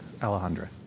Alejandra